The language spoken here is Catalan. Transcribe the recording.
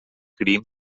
grimm